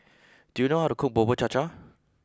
do you know how to cook Bubur Cha Cha